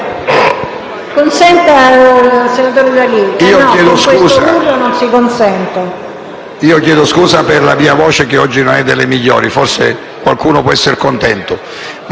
Chiedo scusa per la mia voce, che oggi non è delle migliori, e forse qualcuno ne può essere contento.